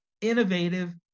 innovative